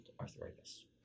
arthritis